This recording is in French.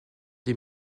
des